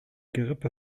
gerippe